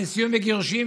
על נישואים וגירושין,